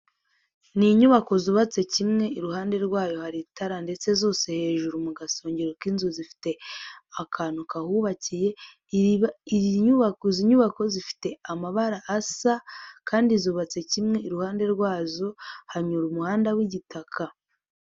Ni inyubako zubatse kimwe iruhande rwayo hari itara ndetse zose hejuru mu gasongero k'inzu zifite akantu kahubakiye, izi nyubako zifite amabara asa kandi zubatse kimwe, iruhande rwazo hanyura umuhanda w'igitaka.